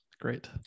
great